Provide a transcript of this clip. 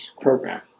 program